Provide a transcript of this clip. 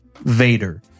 Vader